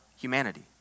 humanity